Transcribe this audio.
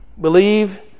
Believe